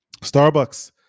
Starbucks